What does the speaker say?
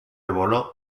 bolo